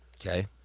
Okay